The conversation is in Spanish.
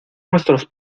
nuestros